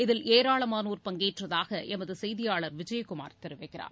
இதில் ஏராளமானோர் பங்கேற்றதாக எமது செய்தியாளர் விஜயகுமார் தெரிவிக்கிறார்